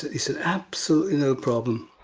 they said, absolutely no problem.